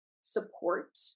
support